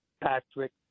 Patrick